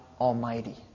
Almighty